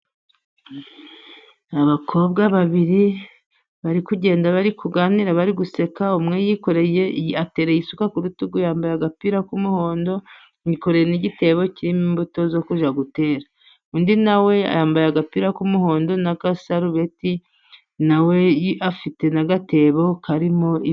Abakobwa babiri bari kugenda bari kuganira bari guseka. Umwe yikoreye, atereye isuka ku rutugu, yambaye agapira k'umuhondo, yikoreye n'igitebo kirimo imbuto zo kujya gutera. Undi na we yambaye agapira k'umuhondo n'agasarubeti, na we afite n'agatebo karimo imbuto.